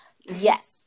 yes